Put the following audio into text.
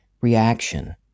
reaction